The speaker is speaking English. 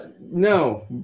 no